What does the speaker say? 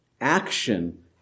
Action